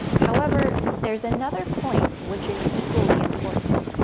however, there's another point which is equally important.